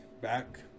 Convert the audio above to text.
back